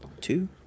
two